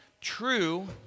true